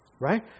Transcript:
Right